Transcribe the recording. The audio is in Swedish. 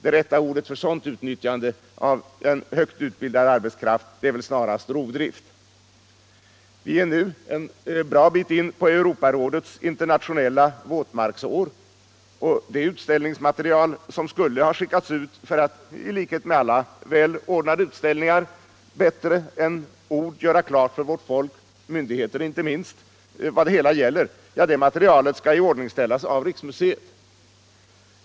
Det rätta ordet för sådant utnyttjande av högt utbildad arbetskraft är väl snarast rovdrift. Vi är nu en bra bit inne på Europarådets internationella våtmarksår, och det utställningsmaterial som skulle skickas ut för att — i likhet med alla välordnade utställningar — bättre än i ord göra klart för vårt folk, och myndigheter inte minst, vad det hela gäller skall iordningsställas av riksmuseet.